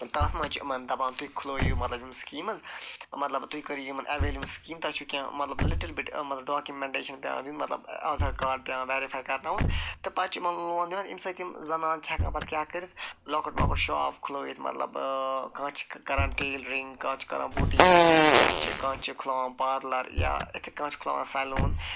تتھ منٛز چھِ یِمن دپان تُہۍ کھُلٲوِو مطلب یِم سِکیٖمز مطلب تُہۍ کٔرِو یِمن اَویل یِم سِکیٖم تۄہہِ چھُو کیٚنٛہہ لَٹٕل بِٹ ڈاکیٛومٮ۪نٹیشن پٮ۪وان دِنۍ مطلب آدھار کارڑ پٮ۪وان ویرِفاے پٮ۪وان کرناوُن تہٕ پتہٕ چھُ یِمن لون دِوان ییٚمہِ سۭتۍ یِم زنانہٕ چھِ ہٮ۪کان پتہٕ کیٚنٛہہ کٔرِتھ لۄکُٹ مۄکُٹ شاپ کھُلٲوِتھ مطلب کانٛہہ چھُ کران ٹیلرِنٛگ کانٛہہ چھُ کران بُٹیٖک کیٚنٛہہ چھُ کانٛہہ چھُ کھُلاوان پارلر یا یِتھٕے کٔنۍ کانٛہہ چھُ کھُلاوان سیلوٗن